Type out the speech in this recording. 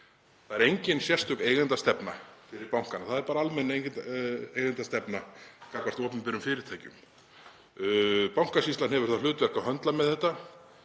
Það er engin sérstök eigendastefna fyrir bankana, það er bara almenn eigendastefna gagnvart opinberum fyrirtækjum. Bankasýslan hefur það hlutverk að höndla með þetta